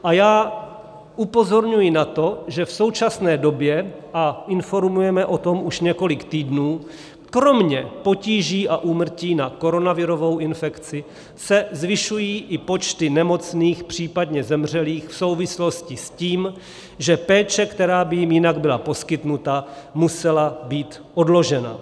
A já upozorňuji na to, že v současné době, a informujeme o tom už několik týdnů, kromě potíží a úmrtí na koronavirovou infekci se zvyšují i počty nemocných, případně zemřelých v souvislosti s tím, že péče, která by jim jinak byla poskytnuta, musela být odložena.